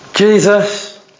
Jesus